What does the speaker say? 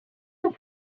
are